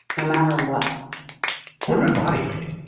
no matter what what about body weight?